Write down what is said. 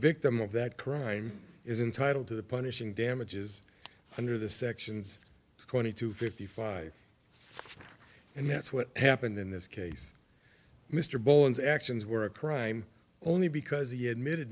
victim of that crime is entitle to the punishing damages under the sections twenty two fifty five and that's what happened in this case mr bones actions were a crime only because he admitted